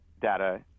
data